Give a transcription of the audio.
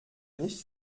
nicht